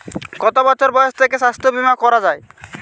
কত বছর বয়স থেকে স্বাস্থ্যবীমা করা য়ায়?